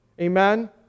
Amen